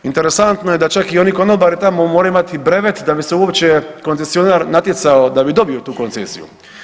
Interesantno je da čak i oni konobari tamo moraju imati brevet da bi se uopće koncesionar natjecao da bi dobio tu koncesiju.